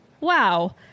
wow